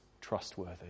trustworthy